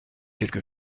quelque